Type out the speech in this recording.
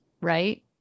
right